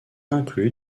inclus